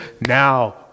now